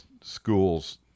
schools